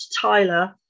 Tyler